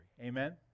Amen